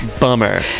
Bummer